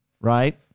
right